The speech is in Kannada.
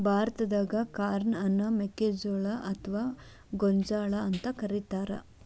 ಭಾರತಾದಾಗ ಕಾರ್ನ್ ಅನ್ನ ಮೆಕ್ಕಿಜೋಳ ಅತ್ವಾ ಗೋಂಜಾಳ ಅಂತ ಕರೇತಾರ